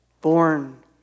born